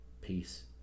peace